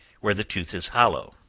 where the tooth is hollow.